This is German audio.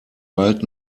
bald